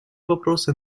вопросы